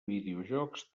videojocs